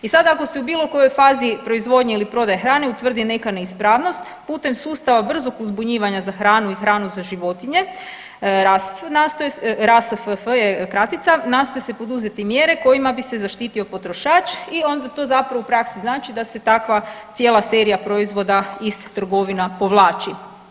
I sad ako se u bilo kojoj fazi proizvodnje ili prodaje hrane utvrdi neka neispravnost putem sustava brzog uzbunjivanja za hranu i hranu za životinju RASFF nastoji se, RASFF je kratica, nastoje se poduzeti mjere kojima bi se zaštitio potrošač i onda to zapravo u praksi znači da se takva cijela serija proizvoda iz trgovina povlači.